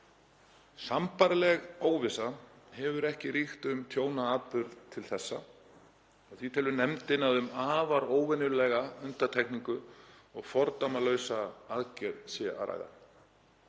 Sambærileg óvissa hefur ekki ríkt við tjónaatburði til þessa. Því telur nefndin að um afar óvenjulega undantekningu og fordæmalausa aðgerð sé að ræða.